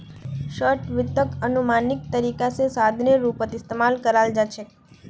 short वित्तक अनुमानित तरीका स साधनेर रूपत इस्तमाल कराल जा छेक